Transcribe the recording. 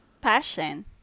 Passion